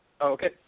Okay